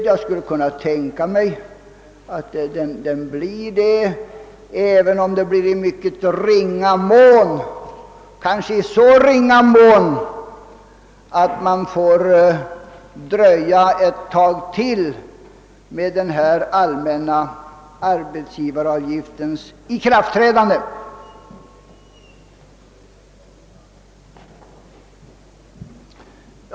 Jag skulle kunna tänka mig att det blir fallet, om även i så ringa mån att man får dröja ytterligare ett slag med den allmänna arbetsgivaravgiftens ikraftträdande.